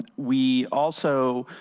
we also,